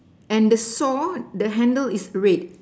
and the saw the handle is red